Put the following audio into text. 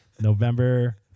November